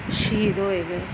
ਸ਼ਹੀਦ ਹੋਏ ਗਏ